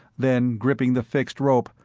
then, gripping the fixed rope,